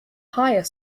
higher